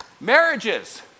Marriages